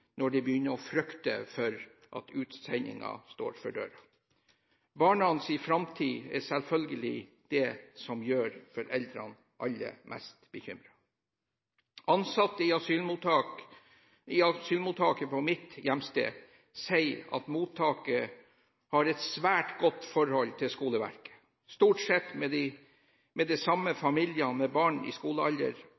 når de begynner å frykte at utsendelse står for dør. Barnas framtid er selvfølgelig det som gjør foreldrene aller mest bekymret. Ansatte i asylmottaket på mitt hjemsted sier at mottaket har et svært godt forhold til skoleverket. Stort sett med det samme